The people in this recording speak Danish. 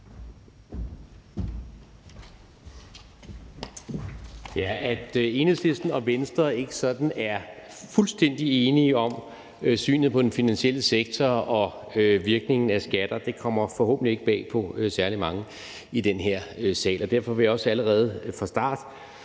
(V): At Enhedslisten og Venstre ikke sådan er fuldstændig enige om synet på den finansielle sektor og virkningen af skatter, kommer forhåbentlig ikke bag på særlig mange i den her sal, og derfor vil jeg også allerede fra start